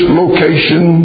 location